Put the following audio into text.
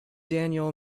daniell